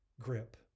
grip